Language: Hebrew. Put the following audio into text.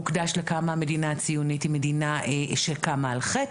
הוקדש לכמה המדינה הציונית היא מדינה שקמה על חטא,